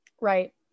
right